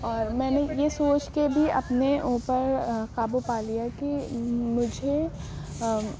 اور میں نے یہ سوچ کے بھی اپنے اوپر قابو پا لیا کہ مجھے